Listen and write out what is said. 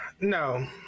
No